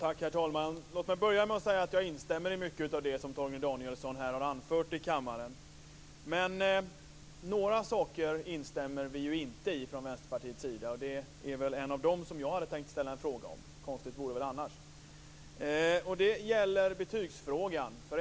Herr talman! Jag instämmer i mycket av det som Torgny Danielsson nyss har anfört här i kammaren. Men några saker instämmer vi i Vänsterpartiet inte i. En av de sakerna hade jag tänkt fråga om; konstigt vore det väl annars. Det gäller betygsfrågan.